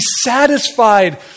satisfied